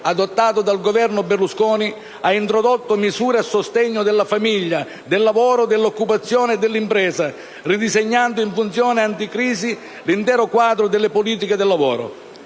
adottato dal Governo Berlusconi, ha introdotto misure a sostegno della famiglia, del lavoro, dell'occupazione e dell'impresa, ridisegnando in funzione anticrisi l'intero quadro delle politiche del lavoro.